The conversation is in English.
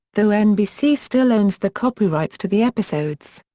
though nbc still owns the copyrights to the episodes.